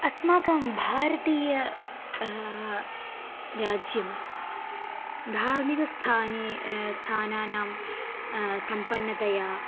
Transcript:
अस्माकं भारतीय राज्यं धार्मिकस्थाने स्थानानां सम्पन्नतया